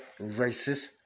racist